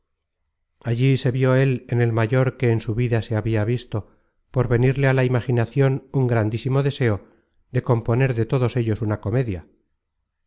allí se vió él en el mayor que en su vida se habia visto por venirle á la imaginacion un grandísimo deseo de componer de todos ellos una comedia